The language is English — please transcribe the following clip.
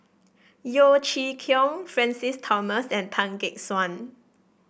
Yeo Chee Kiong Francis Thomas and Tan Gek Suan